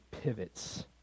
pivots